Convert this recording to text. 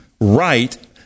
right